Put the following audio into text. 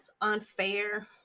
unfair